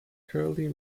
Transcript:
curly